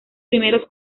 primeros